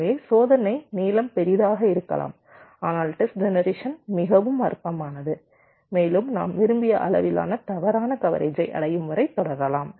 எனவே சோதனை நீளம் பெரிதாக இருக்கலாம் ஆனால் டெஸ்ட் ஜெனரேஷன் மிகவும் அற்பமானது மேலும் நாம் விரும்பிய அளவிலான தவறான கவரேஜை அடையும் வரை தொடரலாம்